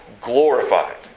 glorified